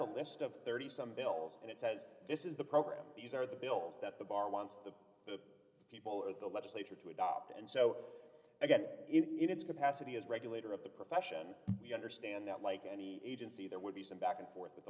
a list of thirty some bills and it says this is the program these are the bills that the bar wants the people of the legislature to adopt and so again in its capacity as regulator of the profession we understand that like any agency there would be some back and forth with the